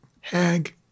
hag